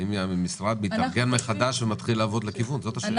האם המשרד מתארגן מחדש ומתחיל לעבוד בכיוון הזה?